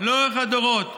לאורך הדורות,